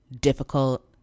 difficult